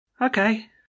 Okay